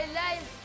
life